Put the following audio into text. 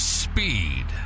speed